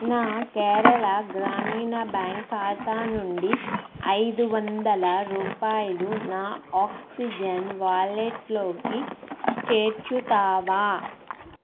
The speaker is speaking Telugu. నా కేరళ గ్రామీణ బ్యాంక్ ఖాతా నుండి ఐదు వందల రూపాయలు నా ఆక్సిజెన్ వ్యాలెట్లోకి చేర్చుతావా